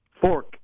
Fork